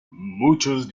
muchos